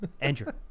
Andrew